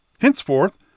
Henceforth